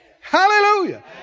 Hallelujah